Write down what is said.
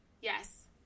Yes